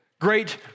great